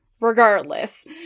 Regardless